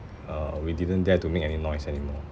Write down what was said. uh we didn't dare to make any noise anymore